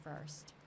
first